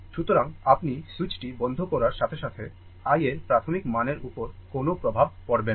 সুতরাং আপনি সুইচটি বন্ধ করার সাথে সাথে i এর প্রাথমিক মানের উপর কোন প্রভাব পড়বে না